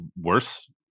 worse